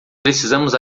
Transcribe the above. precisamos